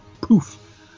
poof